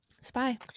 spy